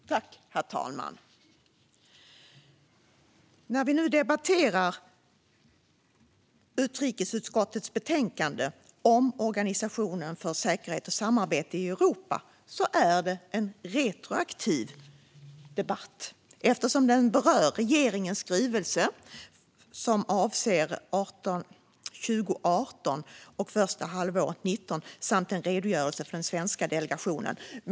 Herr talman! När vi nu debatterar utrikesutskottets betänkande om Organisationen för säkerhet och samarbete i Europa är det en retroaktiv debatt eftersom den berör regeringens skrivelse som avser 2018 och första halvåret 2019 samt en redogörelse från den svenska delegationen.